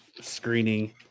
screening